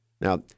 Now